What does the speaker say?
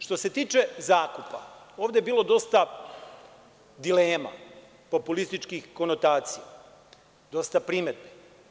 Što se tiče zakupa, ovde je bilo dosta dilema, populističkih konotacija, dosta primedbi.